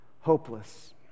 hopeless